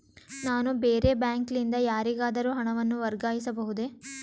ನಾನು ಬೇರೆ ಬ್ಯಾಂಕ್ ಲಿಂದ ಯಾರಿಗಾದರೂ ಹಣವನ್ನು ವರ್ಗಾಯಿಸಬಹುದೇ?